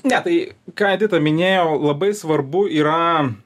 ne tai ką minėjau labai svarbu yra